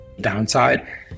downside